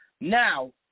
Now